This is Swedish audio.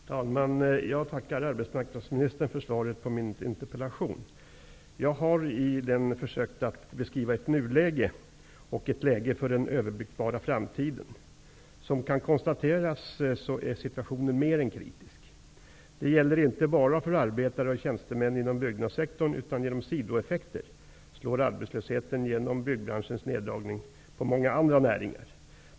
Herr talman! Jag tackar arbetsmarknadsministern för svaret på min interpellation. Jag har i den försökt att beskriva ett nuläge och ett läge för den överblickbara framtiden. Som kan konstateras är situationen mer än kritisk. Det gäller inte bara för arbetare och tjänstemän inom byggnadssektorn, utan genom sidoeffekter slår arbetslösheten på grund av byggbranschens neddragning mot många andra näringar.